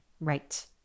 Right